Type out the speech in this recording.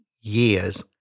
years